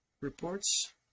reports